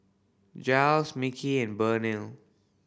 Jiles Micky and Burnell